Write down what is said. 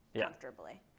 comfortably